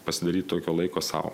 pasidaryti tokio laiko sau